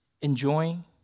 enjoying